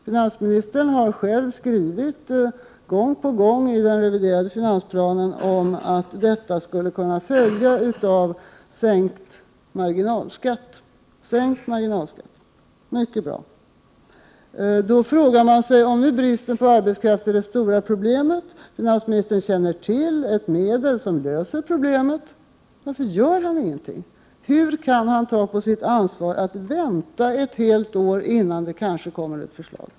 Finansministern har själv gång på gång skrivit i den reviderade finansplanen att en sänkt marginalskatt skulle kunna leda till att bristen minskar. Mycket bra! Men då frågar man sig: Om nu bristen på arbetskraft är ett stort problem och finansministern känner till ett medel som löser detta problem, varför gör han ingenting? Hur kan han ta på sitt ansvar att vänta ett helt år innan det kanske kommer ett förslag?